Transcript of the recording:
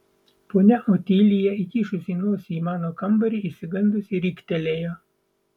ponia otilija įkišusi nosį į mano kambarį išsigandusi riktelėjo